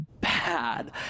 bad